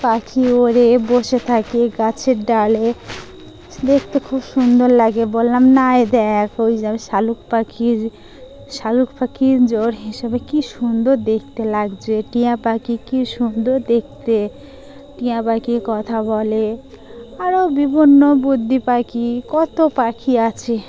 পাখি ওড়ে বসে থাকে গাছের ডালে দেখতে খুব সুন্দর লাগে বললাম না দেখ ওই যে শালিক পাখির শালিক পাখির জোড় হিসেবে কী সুন্দর দেখতে লাগছে টিয়া পাখি কী সুন্দর দেখতে টিয়া পাখি কথা বলে আরও বিভিন্ন বদ্রি পাখি কত পাখি আছে